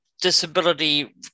disability